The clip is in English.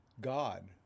god